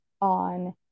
on